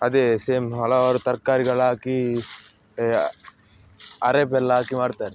ಅದೇ ಸೇಮ್ ಹಲವಾರು ತರಕಾರಿಗಳಾಕಿ ಅರೆ ಬೆಲ್ಲ ಹಾಕಿ ಮಾಡುತ್ತಾರೆ